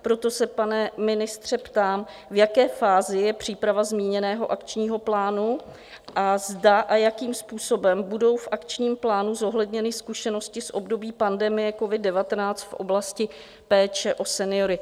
Proto se, pane ministře, ptám, v jaké fázi je příprava zmíněného akčního plánu a zda a jakým způsobem budou v akčním plánu zohledněny zkušenosti z období pandemie covid19 v oblasti péče o seniory.